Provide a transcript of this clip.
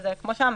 כמו שאמרנו,